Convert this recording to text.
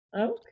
Okay